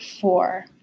four